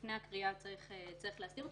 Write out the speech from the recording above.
לפני הקריאה צריך להסדיר אותו.